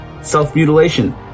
self-mutilation